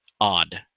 odd